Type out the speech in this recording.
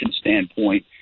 standpoint